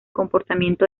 comportamiento